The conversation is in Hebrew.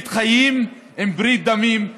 ברית חיים עם ברית דמים,